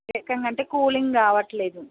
ఏరకంగా అంటే కూలింగ్ రావట్లేదు